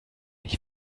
ich